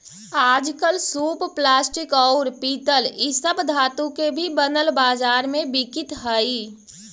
आजकल सूप प्लास्टिक, औउर पीतल इ सब धातु के भी बनल बाजार में बिकित हई